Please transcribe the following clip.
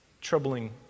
troubling